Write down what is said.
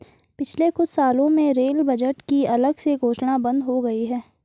पिछले कुछ सालों में रेल बजट की अलग से घोषणा बंद हो गई है